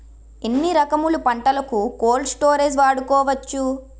ఎన్ని రకములు పంటలకు కోల్డ్ స్టోరేజ్ వాడుకోవచ్చు?